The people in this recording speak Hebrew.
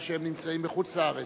הם נמצאים בחוץ-לארץ.